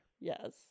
Yes